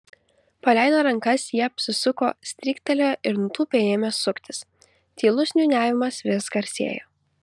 paleidę rankas jie apsisuko stryktelėjo ir nutūpę ėmė suktis tylus niūniavimas vis garsėjo